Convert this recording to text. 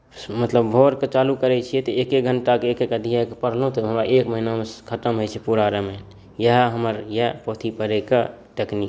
मतलब भोरके चालू करैत छियै तऽ एक एक घण्टाके एक एक अध्यायके पढ़लहुँ तऽ एक महीनामे खतम होइत छै पूरा रामायण इएह हमर यए पोथी पढ़ैके टेकनीक